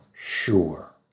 sure